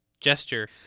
gesture